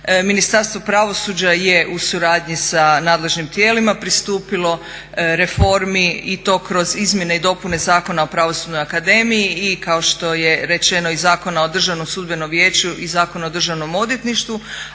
Ministarstvo pravosuđa je u suradnji sa nadležnim tijelima pristupilo reformi i to kroz izmjene i dopune Zakona o pravosudnoj akademiji i kao što je rečeno i Zakona o Državnom sudbenom vijeću i Zakona o Državnom odvjetništvu.